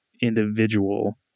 individual